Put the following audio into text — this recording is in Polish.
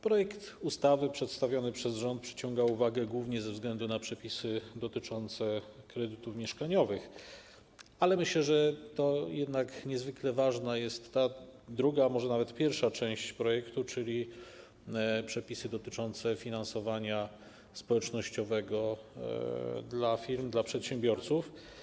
Projekt ustawy przedstawiony przez rząd przyciąga uwagę głównie ze względu na przepisy dotyczące kredytów mieszkaniowych, ale myślę, że niezwykle ważna jest ta druga, może nawet pierwsza część projektu, czyli przepisy dotyczące finansowania społecznościowego dla firm, dla przedsiębiorców.